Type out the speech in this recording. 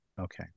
Okay